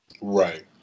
Right